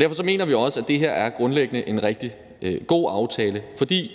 Derfor mener vi også, at det her grundlæggende er en rigtig god aftale. Det